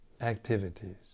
activities